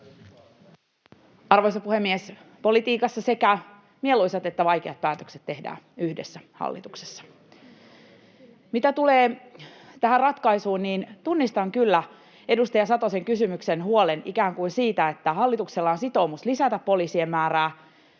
Arvoisa puhemies! Politiikassa sekä mieluisat että vaikeat päätökset tehdään yhdessä hallituksessa. Mitä tulee tähän ratkaisuun, niin tunnistan kyllä edustaja Satosen kysymyksen huolen ikään kuin siitä, että hallituksella on sitoumus lisätä poliisien määrää.